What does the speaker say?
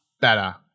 better